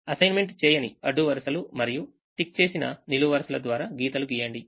assignment చేయని అడ్డు వరుసలు మరియు టిక్ చేసిన నిలువు వరుసల ద్వారా గీతలు గీయండి